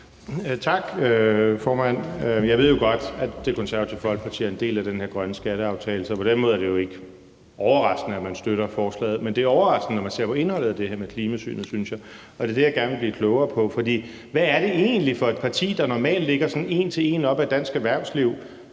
Tak, formand. Jeg ved jo godt, at Det Konservative Folkeparti er en del af den her grønne skatteaftale, så på den måde er det jo ikke overraskende, at man støtter forslaget. Men det er overraskende, når man ser på indholdet af det her med klimasynet, synes jeg, og det er det, jeg gerne vil blive klogere på. For hvad er det egentlig, der gør, at et parti, der normalt ligger sådan en til en op ad dansk erhvervsliv,